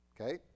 Okay